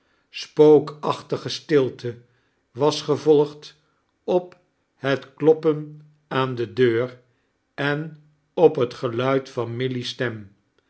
spookachtige stilte was gevolgd op het kloppen aan de deur en op het geluid van milly's stem